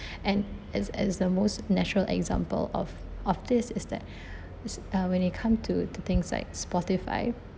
and as as the most natural example of of this is that s~ uh when it come to to things like Spotify